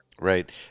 Right